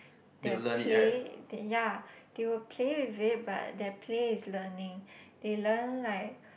they'll play they ya they will play with it but their play is learning they learn like